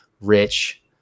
rich